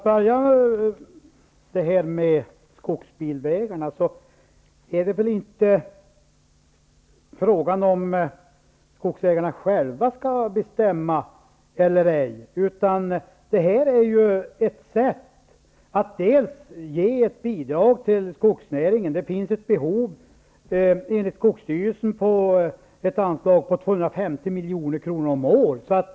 Herr talman! Det är väl inte frågan om ifall skogsägarna själva skall bestämma eller ej när det gäller skogsbilvägarna. Detta är ett sätt att ge ett bidrag till skogsnäringen. Det finns enligt skogsstyrelsen ett behov av ett anslag på 250 milj.kr. om året.